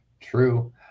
true